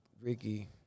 Ricky